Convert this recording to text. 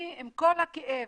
עם כל הכאב